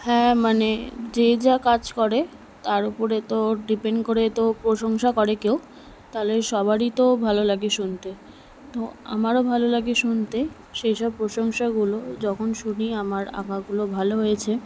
হ্যাঁ মানে যে যা কাজ করে তার ওপরে তো ডিপেণ্ড করে তো প্রশংসা করে কেউ তাহলে সবারই তো ভালো লাগে শুনতে তো আমারও ভালো লাগে শুনতে সেইসব প্রশংসাগুলো যখন শুনি আমার আঁকাগুলো ভালো হয়েছে